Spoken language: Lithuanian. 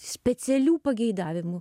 specialių pageidavimų